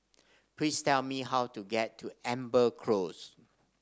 please tell me how to get to Amber Close